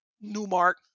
Newmark